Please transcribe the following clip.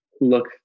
look